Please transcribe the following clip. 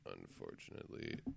Unfortunately